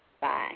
Bye